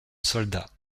soldat